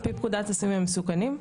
על פי פקודת הסמים המסוכנים,